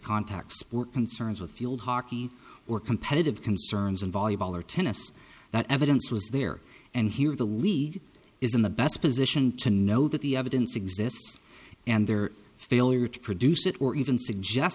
contacts were concerns with field hockey or competitive concerns in volleyball or tennis that evidence was there and here the league is in the best position to know that the evidence exists and their failure to produce it or even